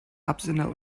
absender